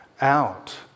out